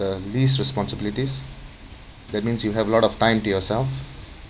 least responsibilities that means you have a lot of time to yourself